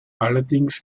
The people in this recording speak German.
allerdings